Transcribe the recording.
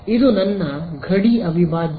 ಇದು ನನ್ನ ಗಡಿ ಅವಿಭಾಜ್ಯ